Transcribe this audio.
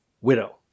widow